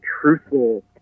truthful